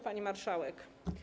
Pani Marszałek!